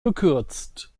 gekürzt